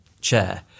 chair